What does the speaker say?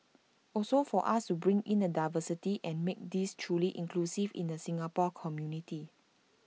also for us to bring in the diversity and make this truly inclusive in the Singapore community